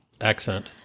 accent